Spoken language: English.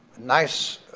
nice